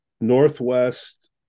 Northwest